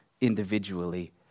individually